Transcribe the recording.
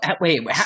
Wait